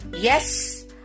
Yes